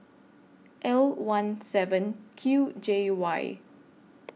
L one seven Q J Y